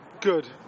Good